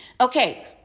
Okay